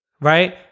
Right